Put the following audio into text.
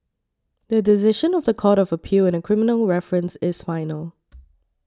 the decision of the Court of Appeal in a criminal reference is final